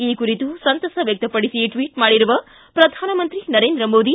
ಈ ಕುರಿತು ಸಂತಸ ವ್ಯಕ್ತಪಡಿಸಿ ಟ್ವಿಟ್ ಮಾಡಿರುವ ಪ್ರಧಾನಮಂತ್ರಿ ನರೇಂದ್ರ ಮೋದಿ